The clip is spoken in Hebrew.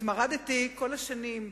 כל השנים,